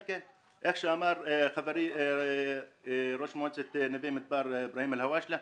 כפי שאמר חברי ראש מועצת נווה מדבר אברהים אלהושאלה,